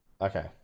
Okay